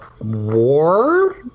War